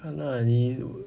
你看啦你